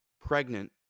pregnant